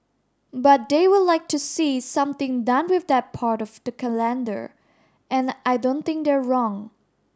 but they would like to see something done with that part of the calendar and I don't think they're wrong